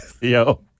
Yo